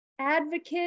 advocate